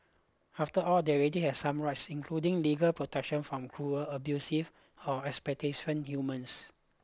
after all they already have some rights including legal protection from cruel abusive or exploitative humans